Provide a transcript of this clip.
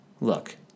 Look